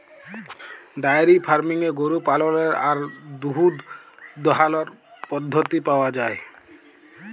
diary ফার্মিংয়ে গরু পাললের আর দুহুদ দহালর পদ্ধতি পাউয়া যায়